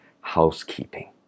housekeeping